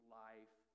life